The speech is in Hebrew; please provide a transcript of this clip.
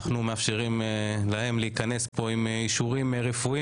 אנחנו מאפשרים להיכנס לפה עם אישורים רפואיים